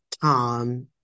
Tom